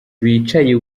bicaye